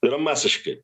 yra masiški